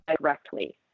directly